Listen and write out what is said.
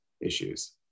issues